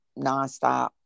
nonstop